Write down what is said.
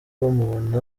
bamubona